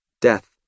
death